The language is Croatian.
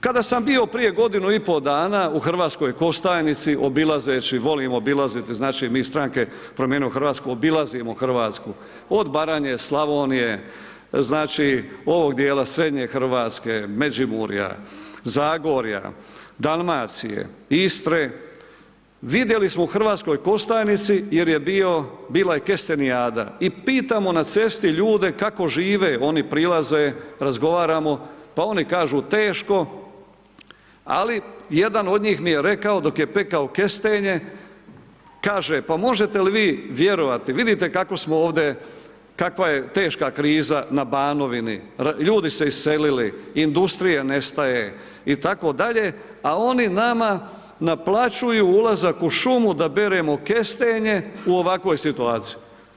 Kada sam bio prije godinu i pol dana, u Hrvatskoj Kostajnici, obilazeći, volim obilaziti, znači mi iz stranke Promijenimo Hrvatsku, obilazimo Hrvatsku, od Baranje, Slavonije, znači, ovog dijela srednje Hrvatske, Međimurja, Zagorja, Dalmacije i Istre, vidjeli smo u Hrvatskoj Kostajnici jer je bio, bila je kestenijada i pitamo na cesti ljude kako žive, oni prilaze, razgovaramo, pa oni kažu teško, ali jedan od njih mi je rekao dok je pekao kestenje, kaže, pa možete li vi vjerovati, vidite kako smo ovdje, kakva je teška kriza na Banovini, ljudi se iselili, industrije nestaje itd., a oni nama naplaćuju ulazak u šumu da beremo kestenje u ovakvoj situaciji.